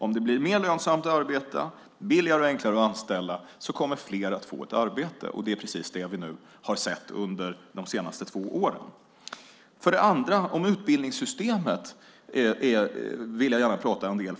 Om det blir mer lönsamt att arbeta, billigare och enklare att anställa kommer fler att få ett arbete. Det är precis det vi har sett under de senaste två åren. För det andra: Om utbildningssystemet vill jag gärna prata mer.